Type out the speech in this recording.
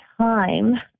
time